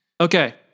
okay